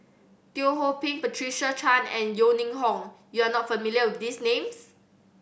Teo Ho Pin Patricia Chan and Yeo Ning Hong you are not familiar with these names